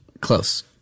Close